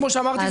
כמו שאמרתי,